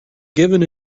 given